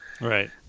Right